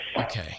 Okay